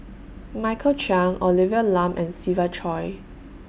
Michael Chiang Olivia Lum and Siva Choy